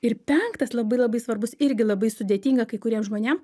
ir penktas labai labai svarbus irgi labai sudėtinga kai kuriem žmonėm